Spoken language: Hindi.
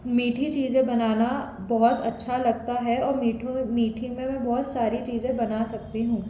मीठी चीज़ें बनाना बहुत अच्छा लगता है और मीठू मीठी में मैं बहुत सारी चीज़ें बना सकती हूँ